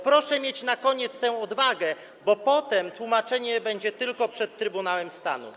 Proszę mieć na koniec tę odwagę, bo potem tłumaczenie będzie tylko przed Trybunałem Stanu.